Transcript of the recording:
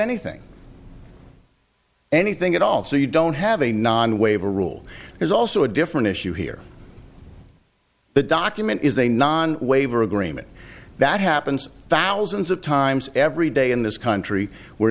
anything anything at all so you don't have a non waiver rule there's also a different issue here the document is a non waiver agreement that happens thousands of times every day in this country where